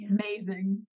Amazing